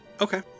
Okay